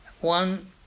one